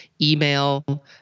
email